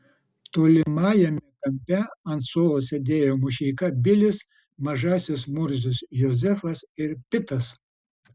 tolimajame kampe ant suolo sėdėjo mušeika bilis mažasis murzius jozefas ir pitas